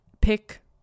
Pick